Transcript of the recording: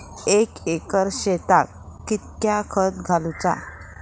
एक एकर शेताक कीतक्या खत घालूचा?